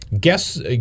guess